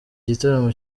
gitaramo